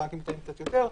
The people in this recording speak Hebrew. בבנקים קטנים קצת יותר,